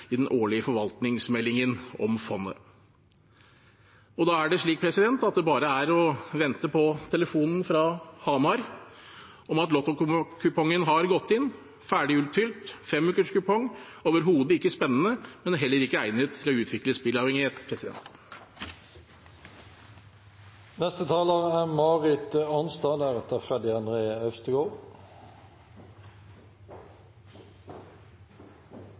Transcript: i den årlige forvaltningsmeldingen om fondet. Da er det bare å vente på telefon fra Hamar om at lottokupongen har gått inn, en ferdig utfylt femukerskupong – overhodet ikke spennende, men heller ikke egnet til å utvikle spilleavhengighet. Alle i salen liker jo å si – saksordføreren var også inne på det – at vi er